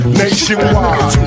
nationwide